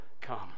come